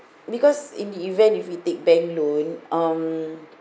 because in the event if we take bank loan um